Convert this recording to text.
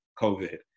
covid